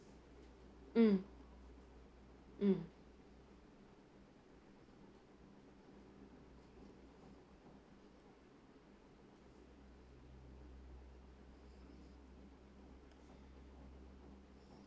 mm mm